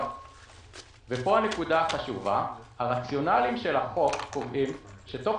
פה הנקודה החשובה - הרציונלים של החוק קובעים שתוך